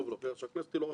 ונעשה בצורה הטובה ביותר.